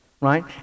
Right